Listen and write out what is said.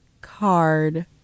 Card